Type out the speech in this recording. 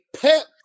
pet